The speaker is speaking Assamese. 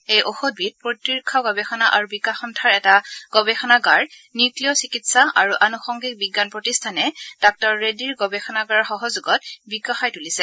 এই ঔষধবিধ প্ৰতিৰক্ষা গৱেষণা আৰু বিকাশ সন্থাৰ এটা গৱেষণাগাৰ নিউ ক্লিয় চিকিৎসা আৰু আনুসংগিক বিজ্ঞান প্ৰতিষ্ঠানে ডাঃ ৰেড্ডীৰ গৱেষণাগাৰৰ সহযোগত বিকশাই তুলিছে